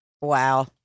Wow